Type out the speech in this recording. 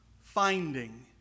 finding